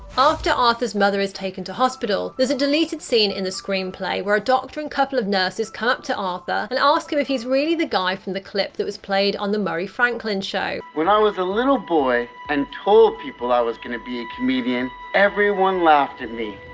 after arthur's mother is taken to hospital, there's a deleted scene in the screenplay where a doctor and couple of nurses come up to arthur and ask him if he's really the guy from the clip that was played on the murray franklin show. when i was a little boy and told people i was going to be a comedian, everyone laughed at me.